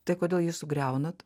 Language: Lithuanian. tai kodėl jį sugriaunat